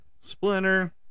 Splinter